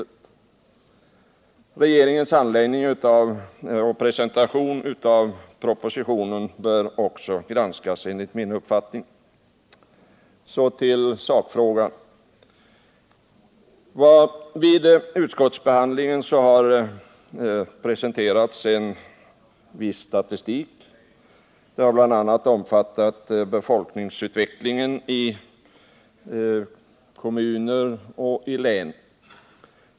Enligt min mening bör regeringens handläggning och presentation av propositionen också granskas. Så till sakfrågan. Vid utskottsbehandlingen har en viss statistik presenterats, som bl.a. omfattar befolkningsutvecklingen i kommuner och län.